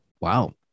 Wow